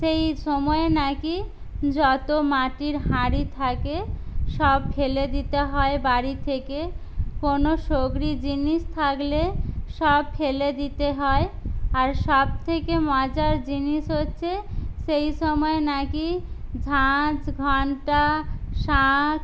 সেই সময় না কি যতো মাটির হাঁড়ি থাকে সব ফেলে দিতে হয় বাড়ি থেকে কোনো সোগড়ি জিনিস থাকলে সব ফেলে দিতে হয় আর সবথেকে মজার জিনিস হচ্চে সেই সময় না কি ঝাঁজ ঘন্টা শাঁক